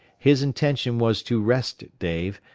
his intention was to rest dave,